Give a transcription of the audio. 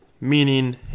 meaning